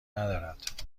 ندارد